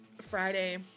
Friday